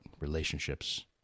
relationships